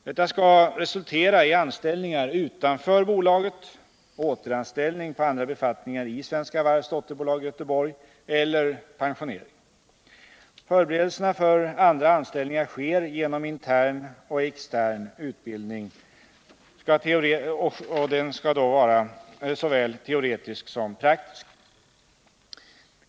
Detta skall resultera i anställningar utanför bolaget, återanställning på andra befattningar i Svenska Varvs dotterbolag i Göteborg eller pensionering. Förberedelserna för andra anställningar sker genom intern och extern utbildning, såväl teoretisk som praktisk.